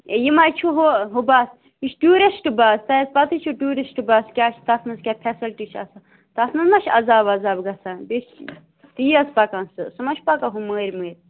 ہَے یِہ مہٕ حظ چھُ ہُو ہُو بَس یہِ چھ ٹیٛوٗرِسٹہٕ بَس تۄہہِ آسہِ پَتہٕ ہٕے یہِ چھ ٹیٛوٗرِسٹہٕ بَس کیٛاہ چھِ تَتھ منٛز کیٛاہ فیسَلٹی چھِ آسان تَتھ منٛز ما چھِ عذاب وَذاب گژھان بیٚیہِ چھُ تیز پَکان سُہ سُہ ما چھُ پَکان ہُو مٔرۍ مٔرۍ